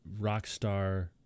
Rockstar